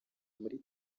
muri